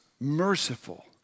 merciful